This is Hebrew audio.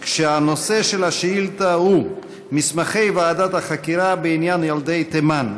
הנושא של השאילתה הוא: מסמכי ועדת החקירה בעניין ילדי תימן.